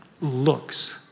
looks